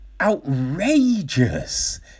outrageous